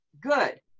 Good